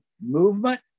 movement